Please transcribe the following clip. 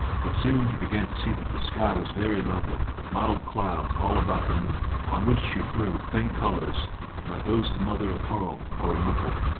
but soon he began to see that the sky was very lovely, with mottled clouds all about the moon, on which she threw faint colours like those of mother-of-pearl, or an opal.